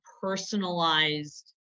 personalized